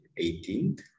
18th